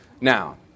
Now